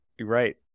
Right